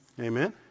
Amen